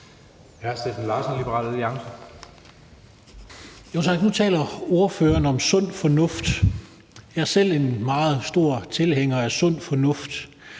Nu taler ordføreren om sund fornuft. Jeg er selv en meget stor tilhænger af sund fornuft.